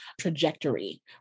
trajectory